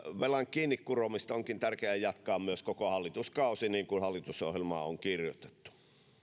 kiinni kuromista onkin tärkeää jatkaa koko hallituskausi niin kuin hallitusohjelmaan on kirjoitettu